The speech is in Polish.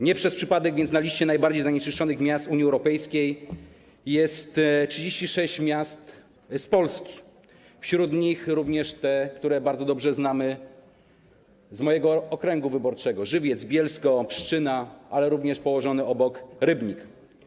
Nie przez przypadek więc na liście najbardziej zanieczyszczonych miast Unii Europejskiej jest 36 miast z Polski, wśród z nich również te, które bardzo dobrze znamy z mojego okręgu wyborczego: Żywiec, Bielsko, Pszczyna, ale również położony obok Rybnik.